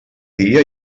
dia